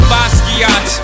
Basquiat